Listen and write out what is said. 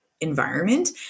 environment